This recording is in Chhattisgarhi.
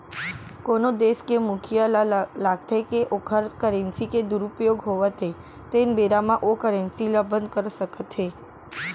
कोनो देस के मुखिया ल लागथे के ओखर करेंसी के दुरूपयोग होवत हे तेन बेरा म ओ करेंसी ल बंद कर सकत हे